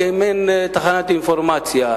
כמעין תחנת אינפורמציה,